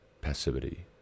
passivity